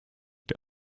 der